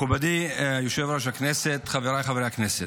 מכובדי יושב-ראש הכנסת, חבריי חברי הכנסת,